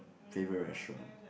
favourite restaurant